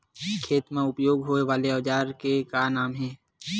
खेत मा उपयोग होए वाले औजार के का नाम हे?